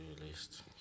released